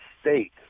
state